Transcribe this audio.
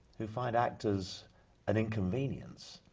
who find actors an inconvenience.